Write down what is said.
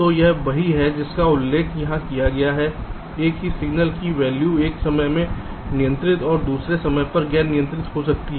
तो यह वही है जिसका उल्लेख यहां किया गया है एक ही सिग्नल की वैल्यू एक समय में नियंत्रित और दूसरे समय पर गैर नियंत्रित हो सकती है